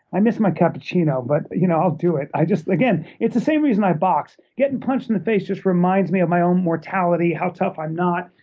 i miss my cappuccino, but you know i'll do it. i just again, it's the same reason i box. getting punched in the face just reminds reminds me of my own mortality, how tough i'm not,